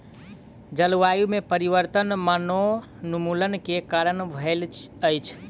जलवायु में परिवर्तन वनोन्मूलन के कारण भेल अछि